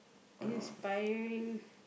inspiring